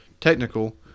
technical